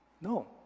No